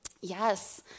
Yes